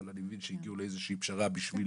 אבל אני מבין שהגיעו לאיזו שהיא פשרה בשביל